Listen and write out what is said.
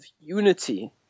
unity